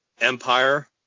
Empire